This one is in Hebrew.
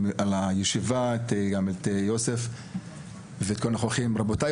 את יוסף ואת כל הנוכחים על קיום הישיבה הזאת.